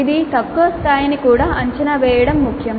ఇది తక్కువ స్థాయిని కూడా అంచనా వేయడం ముఖ్యం